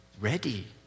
ready